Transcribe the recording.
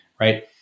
right